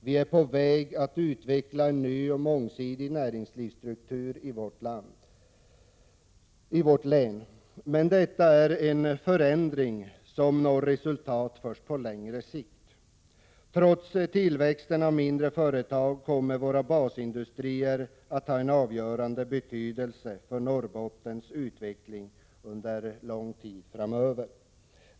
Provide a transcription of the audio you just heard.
Vi är på väg att utveckla en ny och mångsidigare näringslivsstruktur i vårt län. Men detta är en förändring som når resultat på längre sikt. Trots tillväxten av mindre företag kommer våra basindustrier att ha en avgörande betydelse för Norrbottens utveckling under lång tid framöver.